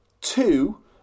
two